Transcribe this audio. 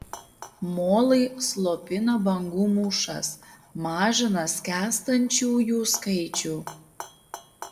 molai slopina bangų mūšas mažina skęstančiųjų skaičių